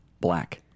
Black